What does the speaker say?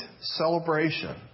celebration